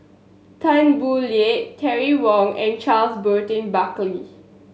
Tan Boo Liat Terry Wong and Charles Burton Buckley